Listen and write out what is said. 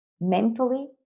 mentally